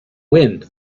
wind